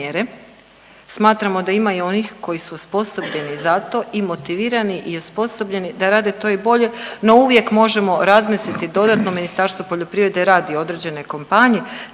Smatramo da ima i onih koji su osposobljeni za to i motivirani i osposobljeni da rade to i bolje no uvijek možemo razmisliti dodatno. Ministarstvo poljoprivrede radi određene kampanje